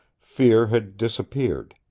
fear had disappeared.